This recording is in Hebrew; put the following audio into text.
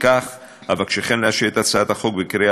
ולפיכך אבקשכם לאשר את הצעת החוק בקריאה